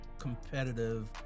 competitive